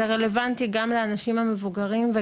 אני רשמתי את הדברים